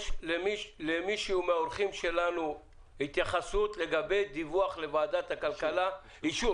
יש למישהו מהאורחים שלנו התייחסות לגבי דיווח לוועדת הכלכלה -- אישור.